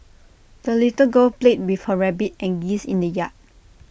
the little girl played with her rabbit and geese in the yard